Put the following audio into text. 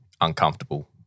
uncomfortable